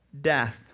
death